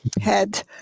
head